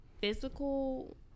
physical